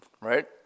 right